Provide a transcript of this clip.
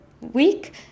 week